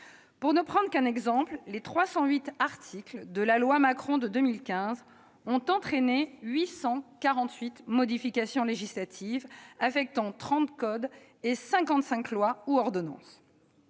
Pour ne prendre qu'un exemple, les 308 articles de la loi Macron de 2015 ont entraîné 848 modifications législatives, affectant 30 codes et 55 lois ou ordonnances